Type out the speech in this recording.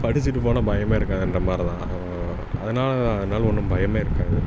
படிச்சுட்டு போனால் பயமே இருக்காதுன்ற மாதிரி தான் அதனால் அதனால் ஒன்றும் பயமே இருக்காது